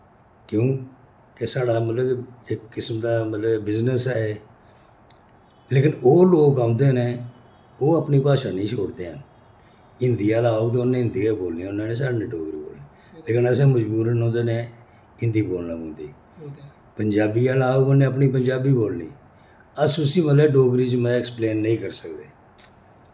क्यूं के साढ़ा मतलब इक किस्म दा मतलब के बिजनेस ऐ लेकिन ओह् लोक औंदे न ओह् अपनी भाशा नेईं छोड़दे हैन हिंदी आह्ला औग ते उन हिंदी गै बोलनी उ'नै नि साढ़े नै डोगरी बोलनी लेकिन असें मजबूरन ओह्दे नै हिंदी बोलने पौंदी पंजाबी आह्ला औग उ'न्नै अपनी पंजाबी बोलनी अस उसी मतलब डोगरी च मैं ऐक्सप्लेन नेईं करी सकदे